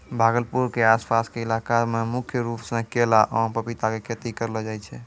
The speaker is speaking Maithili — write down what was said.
भागलपुर के आस पास के इलाका मॅ मुख्य रूप सॅ केला, आम, पपीता के खेती करलो जाय छै